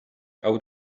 out